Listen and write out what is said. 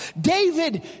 David